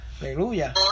aleluya